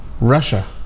Russia